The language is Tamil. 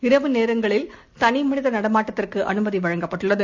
இரவு நேரங்களில் தனிமனிதநடமாட்டத்திற்குஅனுமதிவழங்கப்பட்டுள்ளது